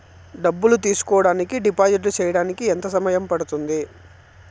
డబ్బులు తీసుకోడానికి డిపాజిట్లు సేయడానికి ఎంత సమయం పడ్తుంది